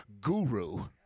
guru